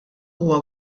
huwa